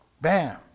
bam